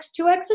2x